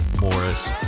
Morris